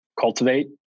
cultivate